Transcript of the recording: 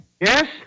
Yes